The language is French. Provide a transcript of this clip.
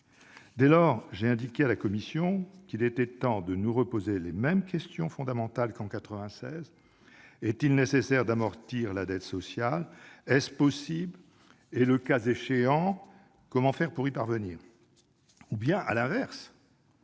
Dès lors, je l'ai indiqué à la commission, il est temps de se poser les mêmes questions fondamentales qu'en 1996. Est-il nécessaire d'amortir la dette sociale ? Est-ce possible ? Le cas échéant, comment faire pour y parvenir ? À l'inverse,